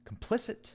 complicit